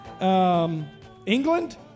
England